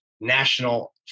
national